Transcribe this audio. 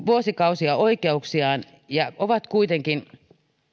vuosikausia oikeuksiaan ja ovat kuitenkin